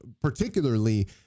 particularly